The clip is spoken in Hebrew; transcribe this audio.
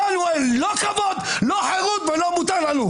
לנו אין לא כבוד, לא חירות ואסור לנו.